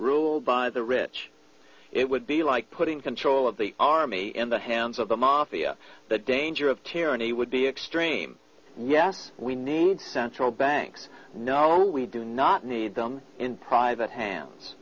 ruled by the rich it would be like putting control of the army in the hands of the mafia the danger of tyranny would be extreme yes we need central banks no we do not need them in private hands